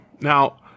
Now